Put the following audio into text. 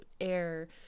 air